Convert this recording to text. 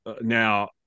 now